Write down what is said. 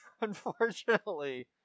unfortunately